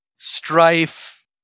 Strife